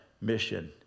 mission